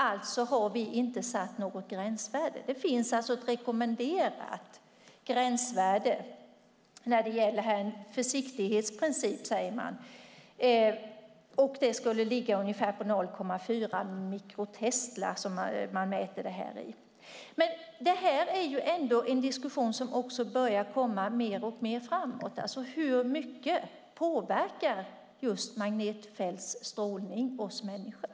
Alltså har vi inte satt något gränsvärde. Det finns ett rekommenderat gränsvärde, en försiktighetsprincip, säger man. Det skulle ligga på ungefär 0,4 mikrotesla, som man mäter detta i. Det här är ändå en diskussion som börjar komma mer och mer. Hur mycket påverkar just magnetfälts strålning oss människor?